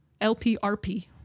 LPRP